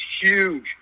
huge